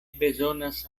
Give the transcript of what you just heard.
bezonas